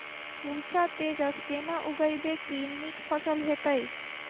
पूसा तेजस केना उगैबे की नीक फसल हेतइ?